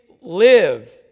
live